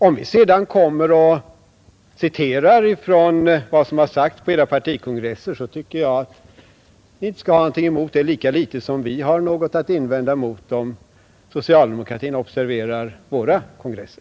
Om vi sedan citerar uttalanden från dessa partikongresser tycker jag inte att ni skall ha någonting emot det, lika litet som vi har något att invända mot om socialdemokratin observerar våra kongresser.